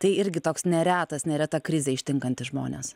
tai irgi toks neretas nereta krizė ištinkanti žmones